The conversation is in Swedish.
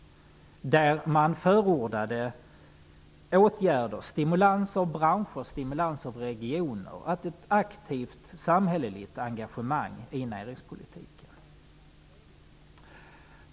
Då förordade man åtgärder som stimulans av branscher och stimulans av regioner, ett aktivt samhälleligt engagemang i näringspolitiken.